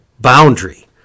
boundary